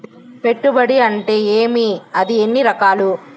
పెట్టుబడి అంటే ఏమి అది ఎన్ని రకాలు